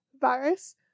virus